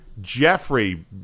Jeffrey